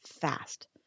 fast